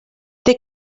they